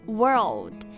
world